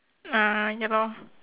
uh ya lor